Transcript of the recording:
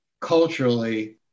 Culturally